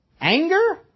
Anger